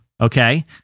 okay